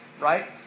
Right